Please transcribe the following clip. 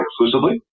exclusively